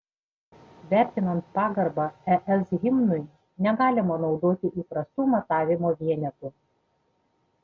vertinant pagarbą es himnui negalima naudoti įprastų matavimo vienetų